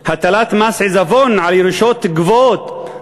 הטלת מס עיזבון על ירושות גבוהות,